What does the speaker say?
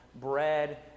bread